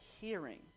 hearing